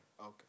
Okay